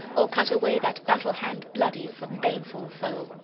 or cut away that battle-hand bloody from baneful foe.